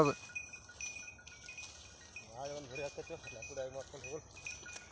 ಒಟ್ಟ ಈ ವರ್ಷದಾಗ ನನ್ನ ಖಾತೆದಾಗ ಎಷ್ಟ ರೊಕ್ಕ ಜಮಾ ಆಗ್ಯಾವ ಮತ್ತ ಎಷ್ಟ ತಗಸ್ಕೊಂಡೇನಿ ಅಂತ ಒಂದ್ ಹಾಳ್ಯಾಗ ಬರದ ಕೊಡ್ರಿ